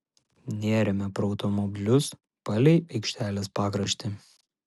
nėrėme pro automobilius palei aikštelės pakraštį